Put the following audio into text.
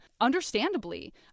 understandably